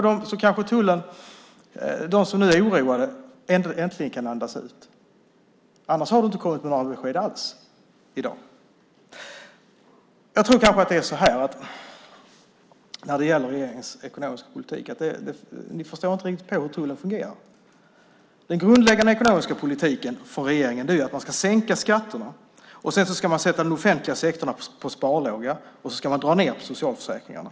Då kanske de som är oroade äntligen kan andas ut. Du har annars inte gett något besked alls i dag. När det gäller regeringens ekonomiska politik förstår ni inte er riktigt på hur tullen fungerar. Den grundläggande ekonomiska politiken för regeringen är att sänka skatterna, sedan sätta den offentliga sektorn på sparlåga och sedan dra ned på socialförsäkringarna.